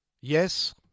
yes